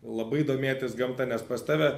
labai domėtis gamta nes pas tave